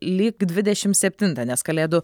lyg dvidešim septintą nes kalėdų